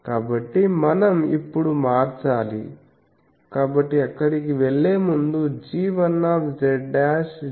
కాబట్టి మనం ఇప్పుడు మార్చాలి కాబట్టి అక్కడికి వెళ్ళే ముందు g1z g2z